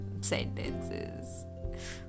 sentences